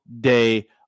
day